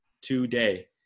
today